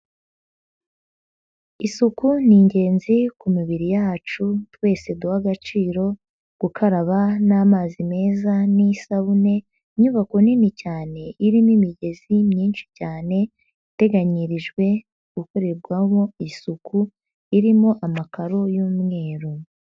Isuku ni ingenzi ku mibiri yacu twese duhe agaciro gukaraba n'amazi meza n'isabune. Inyubako nini cyane irimo imigezi myinshi cyane iteganyirijwe gukorerwamo isuku irimo amakaro y'umweru.